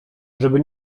żeby